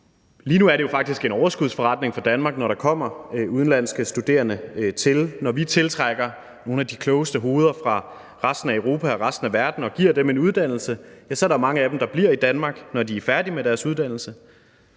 Lige nu er det jo faktisk en overskudsforretning for Danmark, når der kommer udenlandske studerende til. Når vi tiltrækker nogle af de klogeste hoveder fra resten af Europa og resten af verden og giver dem en uddannelse, ja, så er der mange af dem, der bliver i Danmark, når de er færdige med deres uddannelse.